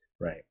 Right